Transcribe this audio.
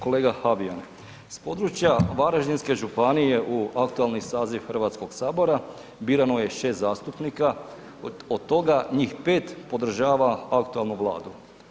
Kolega Habijan, s područja Varaždinske županije u aktualni saziv Hrvatskog sabora, birano je 6 zastupnika, od toga njih 5 podržava aktualnu Vladu.